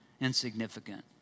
insignificant